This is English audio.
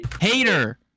Hater